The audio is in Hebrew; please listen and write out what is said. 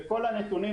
בכל הנתונים,